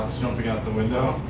jumping out the window.